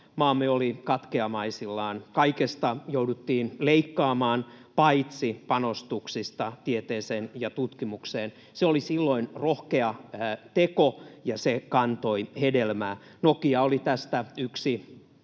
maamme oli katkeamaisillaan. Kaikesta jouduttiin leikkaamaan, paitsi panostuksista tieteeseen ja tutkimukseen. Se oli silloin rohkea teko, ja se kantoi hedelmää. Nokia oli tästä yksi